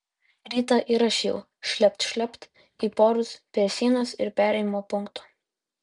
rytą ir aš ėjau šlept šlept į porus prie sienos ir perėjimo punkto